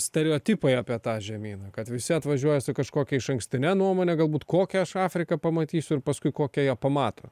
stereotipai apie tą žemyną kad visi atvažiuoja su kažkokia išankstine nuomone galbūt kokią aš afriką pamatysiu ir paskui kokią ją pamato